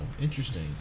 interesting